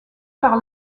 par